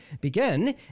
begin